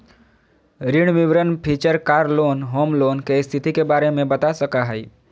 ऋण विवरण feature car loan, home loan, के स्थिति के बारे में बता सका हइ